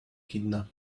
kidnap